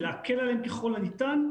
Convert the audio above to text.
ולהקל עליהם ככל הניתן.